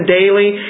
daily